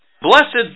Blessed